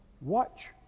watch